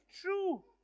true